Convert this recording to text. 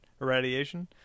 irradiation